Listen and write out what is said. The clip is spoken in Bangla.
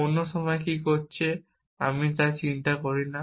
অন্য সবাই কী করছে তা আমি চিন্তা করি না